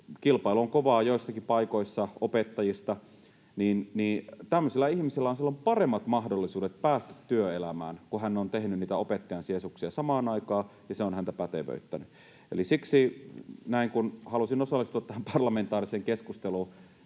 Kilpailu on kovaa joissain paikoissa opettajista, ja tämmöisellä ihmisellä on silloin paremmat mahdollisuudet päästä työelämään, kun hän on tehnyt niitä opettajan sijaisuuksia samaan aikaan ja se on häntä pätevöittänyt. Eli siksi halusin osallistua tähän parlamentaariseen keskusteluun.